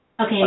Okay